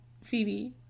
phoebe